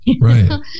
Right